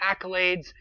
accolades